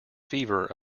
fever